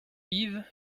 yves